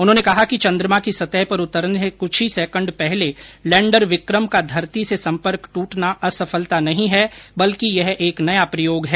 उन्होंने कहा कि चन्द्रमा की सतह पर उतरने से कुछ ही सेकेंड पहले लैंडर विक्रम का धरती से संपर्क दूटना असफलता नहीं है बल्कि यह एक नया प्रयोग है